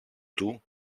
του